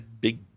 big